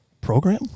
program